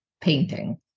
painting